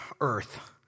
earth